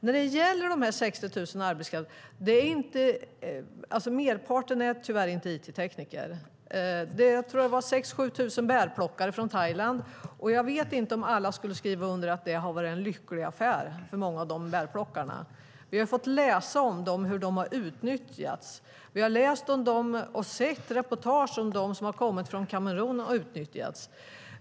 När det gäller de 60 000 är merparten tyvärr inte it-tekniker. Jag tror att det var 6 000-7 000 bärplockare från Thailand. Jag vet inte om alla skulle skriva under på att det har varit en lycklig affär för många av de bärplockarna. Vi har fått läsa om hur de har utnyttjats. Vi har läst om och sett reportage om hur de som kommit från Kamerun har utnyttjats.